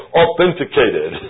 authenticated